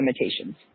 limitations